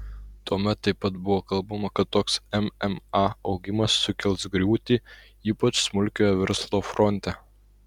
tuomet taip pat buvo kalbama kad toks mma augimas sukels griūtį ypač smulkiojo verslo fronte